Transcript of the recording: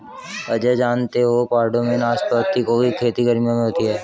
अजय जानते हो पहाड़ों में नाशपाती की खेती गर्मियों में होती है